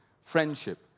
Friendship